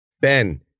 Ben